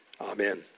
Amen